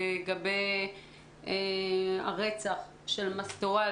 לגבי הרצח של מסטוואל,